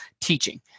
teaching